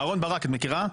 אהוד ברק, את מכירה?